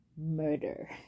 murder